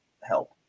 help